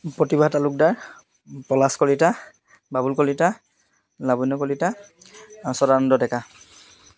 Pratibha Talukdar Palash Kalita Babul Kalita Labanya Kalita Sadananda Deka